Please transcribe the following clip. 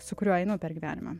su kuriuo einu per gyvenimą